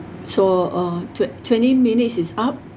so uh twe~ twenty minutes is up